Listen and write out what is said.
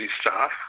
staff